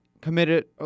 committed